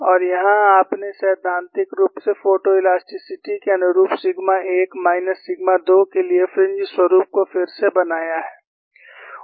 और यहाँ आपने सैद्धांतिक रूप से फोटोइलास्टिसिटी के अनुरूप सिग्मा 1 माइनस सिग्मा 2 के लिए फ्रिंज स्वरुप को फिर से बनाया है